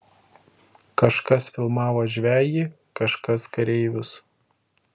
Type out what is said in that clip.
kažkas filmavo žvejį kažkas kareivius